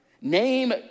Name